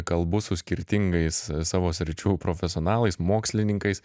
kalbu su skirtingais savo sričių profesionalais mokslininkais